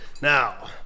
Now